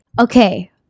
okay